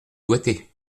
doigté